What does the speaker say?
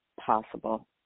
possible